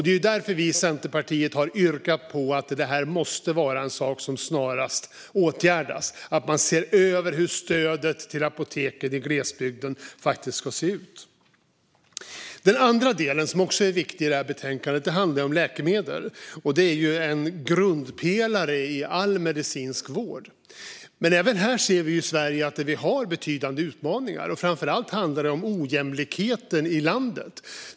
Det är därför vi i Centerpartiet har yrkat på att detta snarast måste åtgärdas. Man måste se över hur stödet till apotek i glesbygden faktiskt ska se ut. Den andra viktiga delen i detta betänkande handlar om läkemedel. De är en grundpelare i all medicinsk vård. Även här kan vi se att det finns betydande utmaningar här i Sverige. Framför allt handlar det om ojämlikheten i landet.